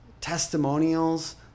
testimonials